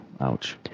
Ouch